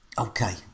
Okay